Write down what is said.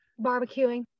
Barbecuing